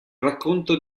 racconto